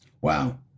Wow